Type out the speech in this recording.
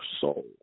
soul